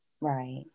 right